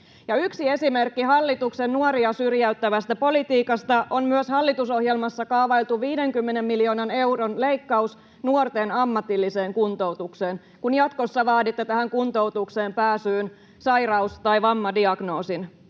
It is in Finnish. Yksi esimerkki hallituksen nuoria syrjäyttävästä politiikasta on myös hallitusohjelmassa kaavailtu 50 miljoonan euron leikkaus nuorten ammatilliseen kuntoutukseen, kun jatkossa vaaditte tähän kuntoutukseen pääsyyn sairaus- tai vammadiagnoosin.